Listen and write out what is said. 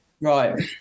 Right